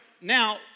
now